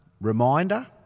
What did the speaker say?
reminder